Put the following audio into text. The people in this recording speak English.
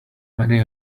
many